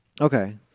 Okay